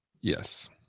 Yes